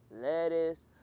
lettuce